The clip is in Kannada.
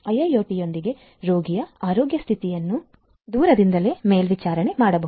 IIoT ಯೊಂದಿಗೆ ರೋಗಿಯ ಆರೋಗ್ಯ ಸ್ಥಿತಿಯನ್ನು ದೂರದಿಂದಲೇ ಮೇಲ್ವಿಚಾರಣೆ ಮಾಡಬಹುದು